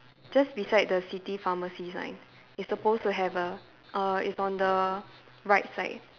just beside the city pharmacy sign it's supposed to have a a it's on the right side